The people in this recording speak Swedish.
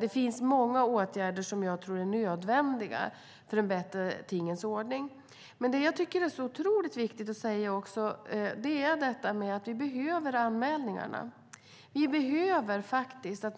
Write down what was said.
Det finns många åtgärder som är nödvändiga för att skapa en bättre tingens ordning. Det är också otroligt viktigt att det görs anmälningar.